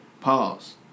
Pause